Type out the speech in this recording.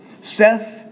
Seth